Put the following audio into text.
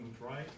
right